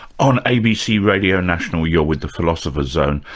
on abc radio national, you're with the philosopher's zone,